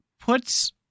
puts